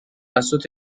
توسط